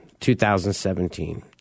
2017